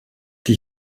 die